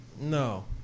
No